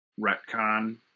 retcon